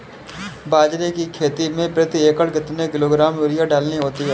बाजरे की खेती में प्रति एकड़ कितने किलोग्राम यूरिया डालनी होती है?